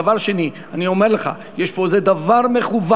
דבר שני, אני אומר לך, יש פה דבר מכוון,